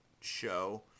show